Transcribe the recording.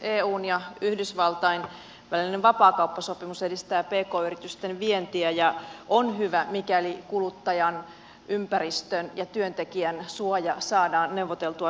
eun ja yhdysvaltain välinen vapaakauppasopimus edistää pk yritysten vientiä ja on hyvä mikäli kuluttajan ympäristön ja työntekijän suoja saadaan neuvoteltua sopimukseen